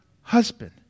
husband